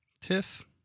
Tiff